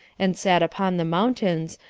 and sat upon the mountains,